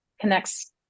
connects